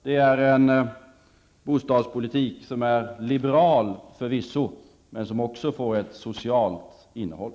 Det är en bostadspolitik som förvisso är liberal, men som också får ett socialt inntehåll.